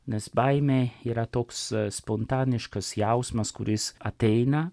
nes baimė yra toks spontaniškas jausmas kuris ateina